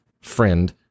friend